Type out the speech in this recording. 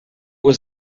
was